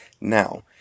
Now